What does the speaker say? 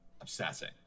obsessing